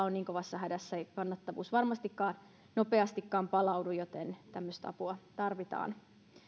on niin kovassa hädässä eikä kannattavuus varmastikaan nopeasti palaudu joten tämmöistä apua tarvitaan